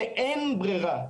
כי אין ברירה.